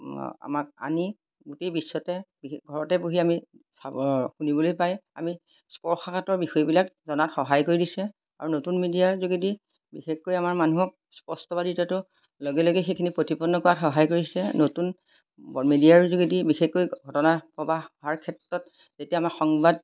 আমাক আনি গোটেই বিশ্বতে বিশেষ ঘৰতে বহি আমি শুনিবলৈ পাই আমি স্পৰ্শাকাতৰ বিষয়বিলাক জনাত সহায় কৰি দিছে আৰু নতুন মিডিয়াৰ যোগেদি বিশেষকৈ আমাৰ মানুহক স্পষ্টবাদিতাটো লগে লগে সেইখিনি প্ৰতিপন্ন কৰাত সহায় কৰিছে নতুন মিডিয়াৰো যোগেদি বিশেষকৈ ঘটনা প্ৰবাহৰ ক্ষেত্ৰত যেতিয়া আমাৰ সংবাদ